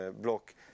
block